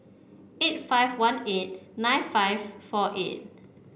eight five one eight nine five four eight